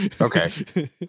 okay